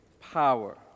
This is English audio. power